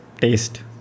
taste